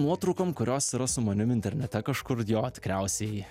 nuotraukom kurios yra su manim internete kažkur jo tikriausiai